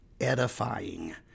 edifying